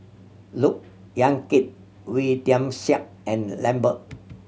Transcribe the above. Look Yan Kit Wee Tian Siak and Lambert